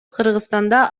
кыргызстанда